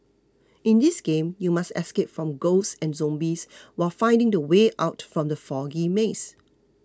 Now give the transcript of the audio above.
in this game you must escape from ghosts and zombies while finding the way out from the foggy maze